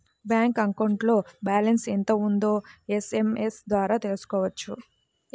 bank అకౌంట్లో balance ఎంత ఉందో ఎస్ఎంఎస్ ద్వారా తెలుసుకోవచ్చు